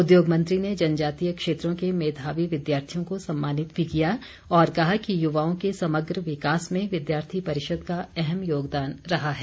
उद्योग मंत्री ने जनजातीय क्षेत्रों के मेघावी विद्यार्थियों को सम्मानित भी किया और कहा कि युवाओं के समग्र विकास में विद्यार्थी परिषद का अहम योगदान रहा है